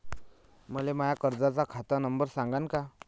मले माया कर्जाचा खात नंबर सांगान का?